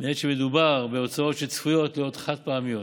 מעת שמדובר בהוצאות שצפויות להיות חד-פעמיות.